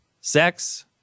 sex